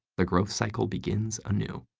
the growth cycle begins anew.